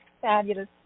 Fabulous